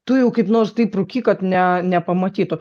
tu jau kaip nors taip rūkyk kad ne nepamatytų